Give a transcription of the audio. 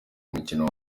umukino